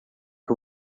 que